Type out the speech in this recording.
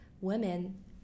women